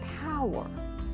power